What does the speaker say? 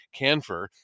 Canfer